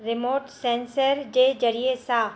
remote sensor जे ज़रिए सां